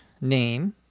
name